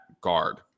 guard